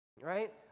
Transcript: right